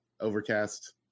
Overcast